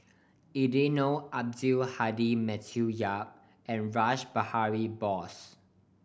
Eddino Abdul Hadi Matthew Yap and Rash Behari Bose